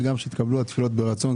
וגם שיתקבלו התפילות ברצון.